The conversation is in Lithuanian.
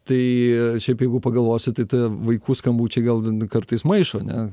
tai šiaip jeigu pagalvosi tai ta vaikų skambučiai gal kartais maišo ne